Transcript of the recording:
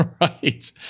right